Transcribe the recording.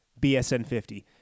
BSN50